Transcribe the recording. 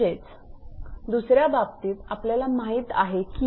म्हणूनच दुसर्या बाबतीत आपल्याला माहित आहे की